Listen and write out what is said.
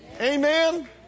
Amen